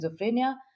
schizophrenia